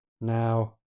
Now